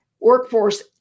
workforce